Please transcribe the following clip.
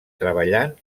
treballant